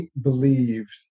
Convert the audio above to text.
believed